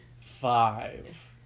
five